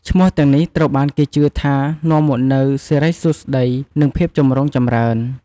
ឈ្មោះទាំងនេះត្រូវបានគេជឿថា នាំមកនូវសិរីសួស្តី និងភាពចម្រុងចម្រើន។